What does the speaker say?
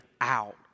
out